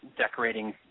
decorating